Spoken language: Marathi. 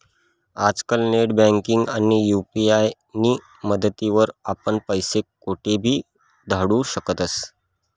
आजकाल नेटबँकिंग आणि यु.पी.आय नी मदतवरी आपण पैसा कोठेबी धाडू शकतस